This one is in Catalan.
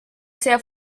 seva